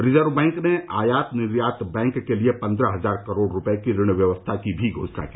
reserve bank ने आयात निर्यात बैंक के लिए पन्द्रह हजार करोड़ रूपये की ऋण व्यवस्था की भी घोषणा की